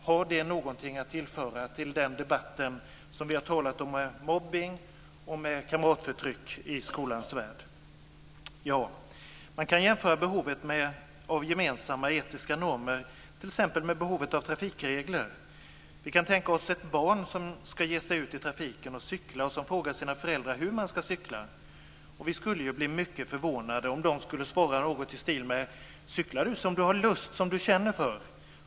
Har det någonting att tillföra den debatt som vi har fört om mobbning och kamratförtryck i skolans värld? Ja, man kan jämföra behovet av gemensamma etiska normer med t.ex. behovet av trafikregler. Vi kan tänka oss ett barn som ska ge sig ut i trafiken och cykla och som frågar sina föräldrar hur man ska cykla. Vi skulle ju bli mycket förvånade om de skulle svara något i stil med: Cykla som du har lust, som du känner för.